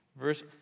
verse